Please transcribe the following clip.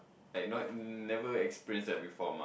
like not never experience that before mah